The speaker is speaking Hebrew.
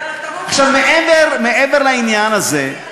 יאללה, מעבר לעניין הזה,